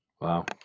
Wow